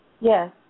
Yes